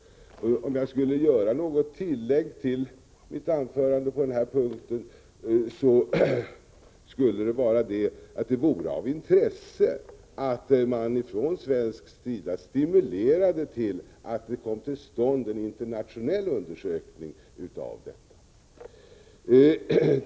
Om jag skulle göra något tillägg till mitt anförande på denna punkt, skulle det vara att det vore av intresse att man från svensk sida stimulerade till att det kom till stånd en internationell undersökning i denna fråga.